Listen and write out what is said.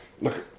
look